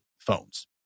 phones